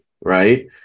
right